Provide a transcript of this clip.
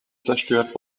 zerstört